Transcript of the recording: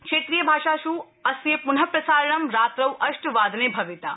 क्षेत्रीय भाषास् अस्य प्न प्रसारणम रात्रौ अष्टवादने भविता